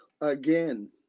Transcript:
again